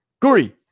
Guri